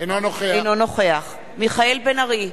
אינו נוכח מיכאל בן-ארי,